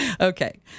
Okay